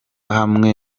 hamwe